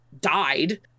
died